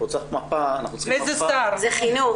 זה חינוך.